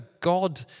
God